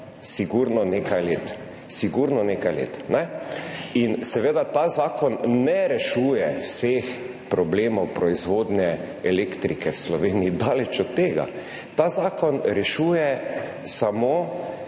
Sigurno nekaj let. Seveda, ta zakon ne rešuje vseh problemov proizvodnje elektrike v Sloveniji, daleč od tega. Ta zakon rešuje ravno